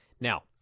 Now